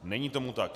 Není tomu tak.